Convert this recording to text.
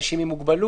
אנשים עם מוגבלות,